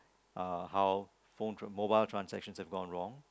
uh how phone mobile transaction have gone wrong